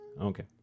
Okay